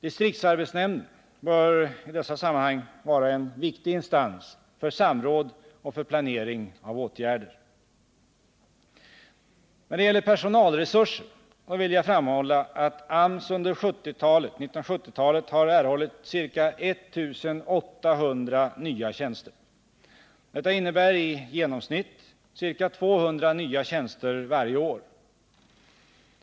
Distriktsarbetsnämnden bör i dessa sammanhang vara en viktig instans för samråd och för planering av åtgärder. När det gäller personalresurser vill jag framhålla att AMS under 1970-talet har erhållit ca 1 800 nya tjänster. Detta innebär i genomsnitt ca 200 nya tjänster varje år.